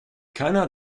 keiner